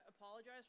apologize